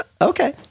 Okay